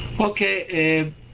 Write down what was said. Okay